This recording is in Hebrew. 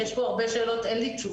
יש פה הרבה שאלות, אין לי תשובות,